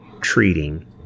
treating